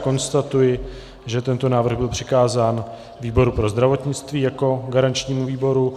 Já konstatuji, že tento návrh byl přikázán výboru pro zdravotnictví jako garančnímu výboru.